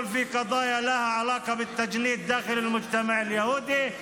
להתערב בעניינים שיש להם קשר לגיוס בתוך החברה היהודית,